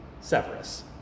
Severus